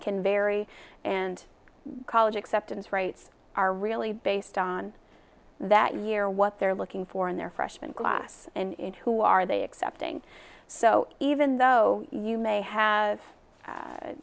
can vary and college acceptance rights are really based on that year what they're looking for in their freshman class and who are they except ng so even though you may have